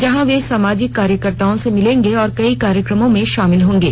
वहां वे सामाजिक कार्यकर्ताओं से मिलेंगे और कई कार्यक्रमों में शामिल होंगे